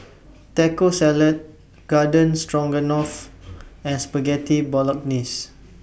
Taco Salad Garden Stroganoff and Spaghetti Bolognese